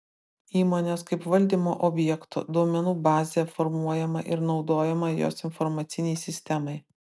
įmonės kaip valdymo objekto duomenų bazė formuojama ir naudojama jos informacinei sistemai